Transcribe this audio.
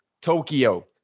Tokyo